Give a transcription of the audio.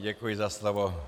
Děkuji za slovo.